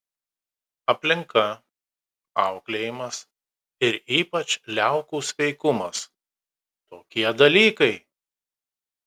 aplinka auklėjimas ir ypač liaukų sveikumas tokie dalykai